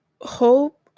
hope